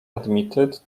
admitted